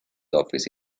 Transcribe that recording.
office